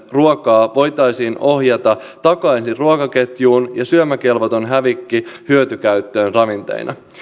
ruokaa voitaisiin ohjata takaisin ruokaketjuun ja syömäkelvoton hävikki hyötykäyttöön ravinteina